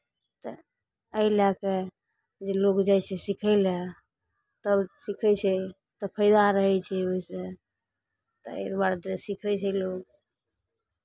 तऽ एहि लए कऽ जे लोक जाइ छै सीखय लेल तब सीखै छै तब फायदा रहै छै ओहिसँ तऽ एहि दुआरे तऽ सीखै छै लोक